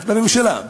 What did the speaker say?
הדברים שלך,